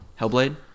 Hellblade